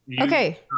Okay